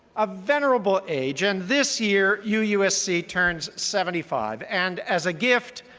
a venerable age, and this year u usc turns seventy five. and as a gift,